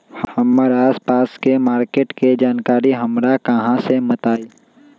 हमर आसपास के मार्किट के जानकारी हमरा कहाँ से मिताई?